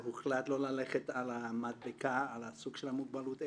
פרט למוסדות הפטור.